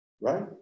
Right